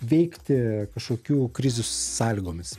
veikti kažkokių krizių sąlygomis